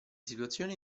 situazione